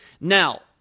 Now